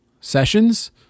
sessions